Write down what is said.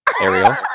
Ariel